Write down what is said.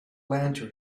lantern